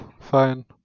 Fine